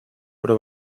però